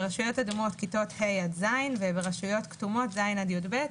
ברשויות אדומות כיתות ה' עד ז' וברשויות כתומות כיתות ז' עד י"ב.